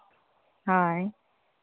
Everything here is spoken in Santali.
ᱦᱳᱭ